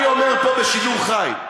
אני אומר פה בשידור חי: